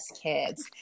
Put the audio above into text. Kids